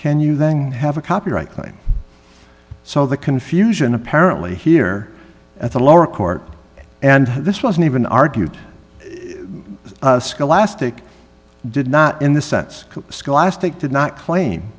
then have a copyright claim so the confusion apparently here at the lower court and this wasn't even argued scholastic did not in the sense scholastic did not claim